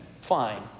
fine